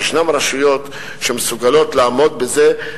ישנן רשויות שמסוגלות לעמוד בזה,